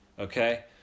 Okay